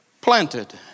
planted